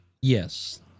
Yes